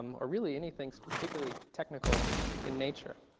um or really anything particularly technical in nature.